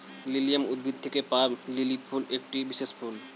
lilium উদ্ভিদ থেকে পাওয়া লিলি ফুল একটি বিশেষ ফুল